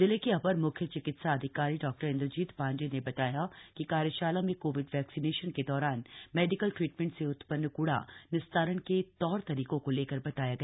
जिले के अपर म्ख्य चिकित्सा अधिकारी डॉ इंद्रजीत पाण्डेय ने बताया कि कार्यशाला में कोविड वैक्सिनेशन के दौरान मेडिकल ट्रीटमेंट से उत्पन्न क्ड़ा निस्तारण के तौर तरीकों को लेकर बताया गया